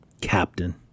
Captain